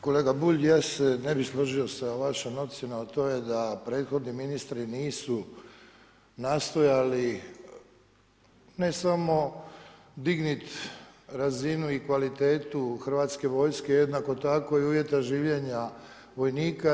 Kolega Bulj, ja se ne bih složio sa vašom ocjenom, a to je da prethodni ministri nisu nastojali ne samo dignit razinu i kvalitetu Hrvatske vojske, jednako tako i uvjete življenja vojnika.